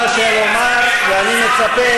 זה שמאל בוגדני בכנסת הנוכחית?